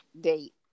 date